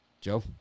Joe